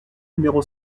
numéro